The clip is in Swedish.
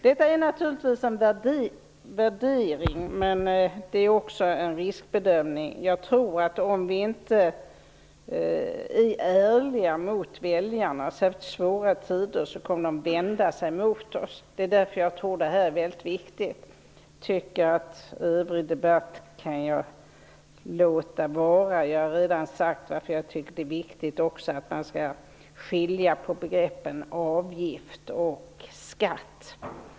Detta är naturligtvis en värdering, men det är också uttryck för en riskbedömning. Jag tror att väljarna kommer att vända sig mot oss, om vi inte är ärliga mot dem i svåra tider. Därför tror jag att det här är väldigt viktigt. Den övriga debatten kan jag gå förbi. Jag har redan sagt att jag tycker att det är viktigt att skilja på begreppen avgift och skatt.